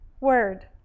word